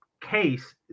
case